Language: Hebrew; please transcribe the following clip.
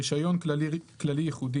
"רישיון כללי ייחודי",